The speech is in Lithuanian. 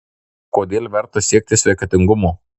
kodėl verta siekti sveikatingumo